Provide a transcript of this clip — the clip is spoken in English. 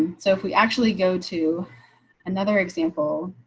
so if we actually go to another example.